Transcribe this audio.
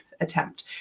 attempt